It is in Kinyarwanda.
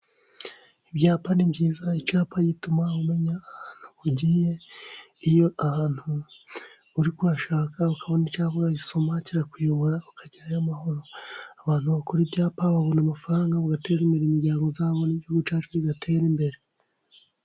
Ibyapa ni byiza. Icyapa gituma umenya ahantu ugiye. Iyo ahantu uri kuhashaka ukabona icyapa, uragisoma kirakuyobora, ukagerayo amahoro. Abantu bakora ibyapa babona amafaranga ngo batere imbere imiryango zabo n’igihugu cyacu kidatera imbere.